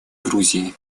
грузия